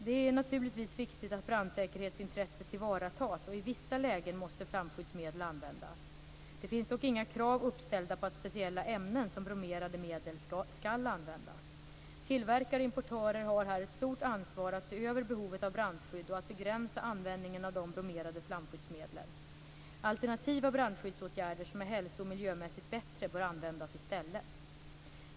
Det är naturligtvis viktigt att brandsäkerhetsintresset tillvaratas och i vissa lägen måste flamskyddsmedel användas. Det finns dock inga krav uppställda på att speciella ämnen som bromerade medel skall användas. Tillverkare och importörer har här ett stort ansvar att se över behovet av brandskydd och att begränsa användningen av de bromerade flamskyddsmedlen. Alternativa brandskyddsåtgärder som är hälso och miljömässigt bättre bör användas i stället.